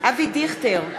אבי דיכטר,